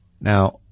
Now